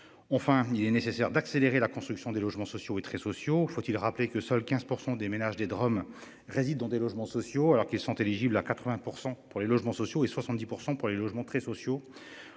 enfin il est nécessaire d'accélérer la construction des logements sociaux et très sociaux. Faut-il rappeler que seuls 15% des ménages des Drôme résident dans des logements sociaux, alors qu'ils sont éligibles à 80% pour les logements sociaux, et 70% pour les logements très sociaux.